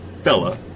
fella